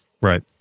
right